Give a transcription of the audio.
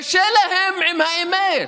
קשה להם עם האמת.